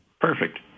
Perfect